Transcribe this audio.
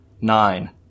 nine